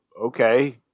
okay